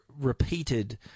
repeated